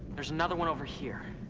there's another one over here.